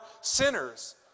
sinners